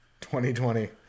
2020